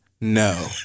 no